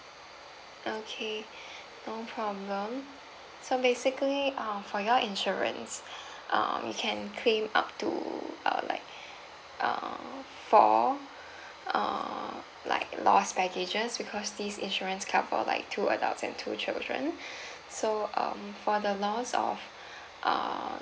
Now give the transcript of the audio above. okay no problem so basically uh for your insurance err you can claim up to uh like err four err like lost baggage because this insurance cover for like two adults and two children so um for the loss of err